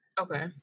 okay